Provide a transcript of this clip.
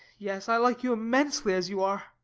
yes, i like you immensely as you are.